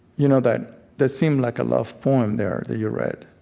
you know that that seemed like a love poem there that you read,